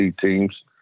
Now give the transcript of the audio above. teams